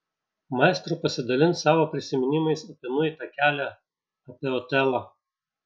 maestro pasidalins savo prisiminimais apie nueitą kelią apie otelą